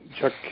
Chuck